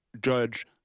judge